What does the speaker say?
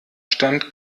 stand